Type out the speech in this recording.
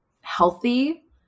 healthy